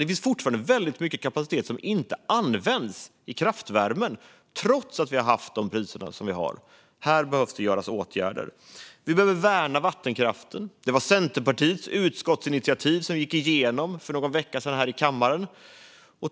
Det finns fortfarande väldigt mycket kapacitet som inte används i kraftvärmen, trots att vi har de priser som vi har. Här behövs åtgärder. Vi behöver värna vattenkraften. Det var Centerpartiets utskottsinitiativ som gick igenom för någon vecka sedan här i kammaren.